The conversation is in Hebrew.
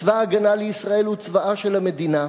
צבא-הגנה לישראל הוא צבאה של המדינה.